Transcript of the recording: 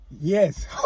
Yes